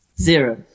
Zero